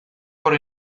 por